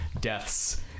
deaths